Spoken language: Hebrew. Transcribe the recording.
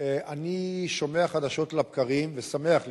אני שומע חדשות לבקרים, ושמח לשמוע,